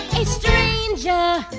a stranger